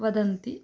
वदन्ति